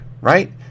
right